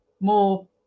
more